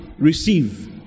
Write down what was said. receive